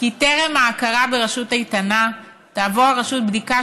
כי טרם ההכרה ברשות איתנה תעבור הרשות בדיקה